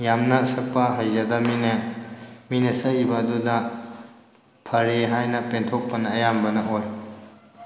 ꯌꯥꯝꯅ ꯁꯛꯄꯥ ꯍꯩꯖꯗꯕꯅꯤꯅ ꯃꯤꯅ ꯁꯛꯏꯕ ꯑꯗꯨꯗ ꯐꯔꯦ ꯍꯥꯏꯅ ꯄꯦꯟꯊꯣꯛꯄꯅ ꯑꯌꯥꯝꯕꯅ ꯑꯣꯏ